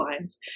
lines